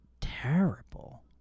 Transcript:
Terrible